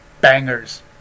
bangers